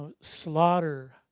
slaughter